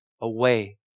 away